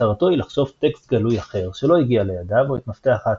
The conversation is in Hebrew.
מטרתו היא לחשוף טקסט גלוי אחר שלא הגיע לידיו או את מפתח ההצפנה.